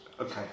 Okay